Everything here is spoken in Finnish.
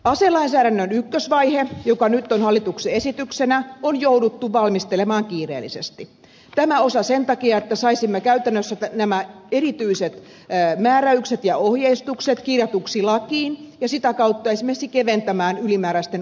aselainsäädännön ykkösvaihe joka nyt on hallituksen esityksenä on jouduttu valmistelemaan kiireellisesti tämä osa sen takia että saisimme käytännössä nämä erityiset määräykset ja ohjeistukset kirjatuksi lakiin ja sitä kautta esimerkiksi keventämään ylimääräisten ohjeistusten määrää